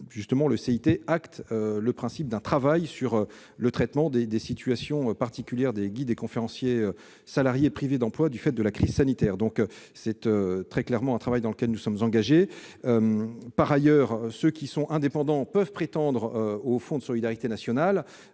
que le CIT acte le principe d'un travail sur le traitement des situations particulières des guides-conférenciers salariés privés d'emploi du fait de la crise sanitaire. Nous sommes donc engagés dans ce travail. Par ailleurs, ceux qui sont indépendants peuvent prétendre au fonds de solidarité nationale,